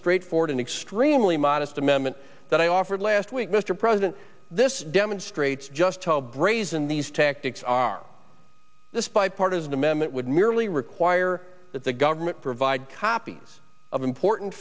straightforward and extremely modest amendment that i offered last week mr president this demonstrates just how brazen these tactics are this bipartisan amendment would merely require that the government provide copies of important